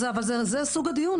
אבל זה סוג הדיון,